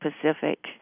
Pacific